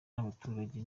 n’abaturage